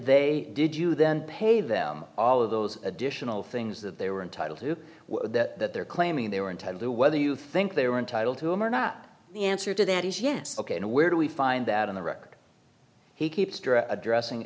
they did you then pay them all of those additional things that they were entitled to that they're claiming they were intended to whether you think they were entitled to him or not the answer to that is yes ok and where do we find that in the record he keeps direct addressing